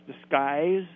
disguise